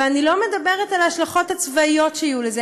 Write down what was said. ואני לא מדברת על ההשלכות הצבאיות שיהיו לזה,